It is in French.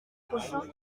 prochain